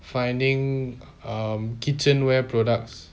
finding um kitchen ware products